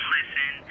Listen